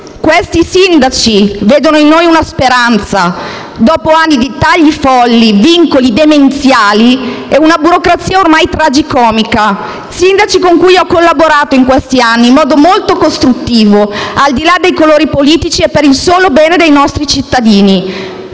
i quali vedono in noi una speranza dopo anni di tagli folli, di vincoli demenziali e di una burocrazia ormai tragicomica. Sono sindaci con cui ho collaborato in questi anni in modo molto costruttivo, al di là dei colori politici e per il solo bene dei nostri cittadini,